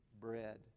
bread